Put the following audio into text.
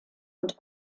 und